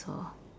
so